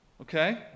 Okay